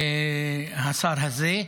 השר הזה.